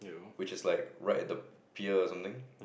which is like right at the pier or something